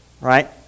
Right